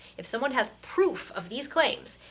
if someone has proof of these claims,